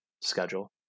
schedule